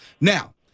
Now